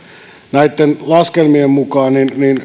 näitten laskelmien mukaan